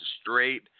straight